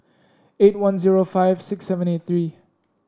eight one zero five six seven eight three